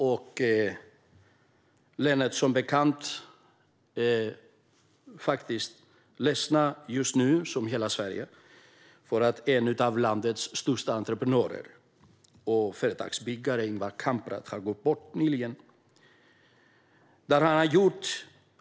Där är vi i likhet med hela Sverige ledsna just nu eftersom en av landets största entreprenörer och företagsbyggare, Ingvar Kamprad, nyligen har gått bort.